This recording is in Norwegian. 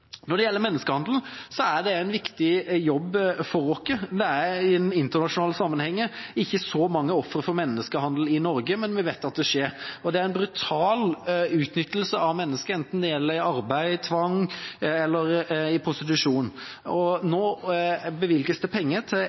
Når det gjelder jobben mot menneskehandel, er det viktig for oss. Det er i internasjonal sammenheng ikke så mange ofre for menneskehandel i Norge, men vi vet at det skjer. Det er en brutal utnyttelse av mennesker, enten det gjelder arbeid, tvang eller prostitusjon. Nå bevilges det penger til